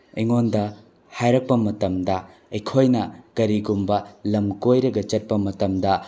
ꯑꯩꯉꯣꯟꯗ ꯍꯥꯏꯔꯛꯄ ꯃꯇꯝꯗ ꯑꯩꯈꯣꯏꯅ ꯀꯔꯤꯒꯨꯝꯕ ꯂꯝ ꯀꯣꯏꯔꯒ ꯆꯠꯄ ꯃꯇꯝꯗ